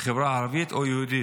ערבית או יהודית,